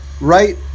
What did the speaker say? right